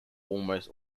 almost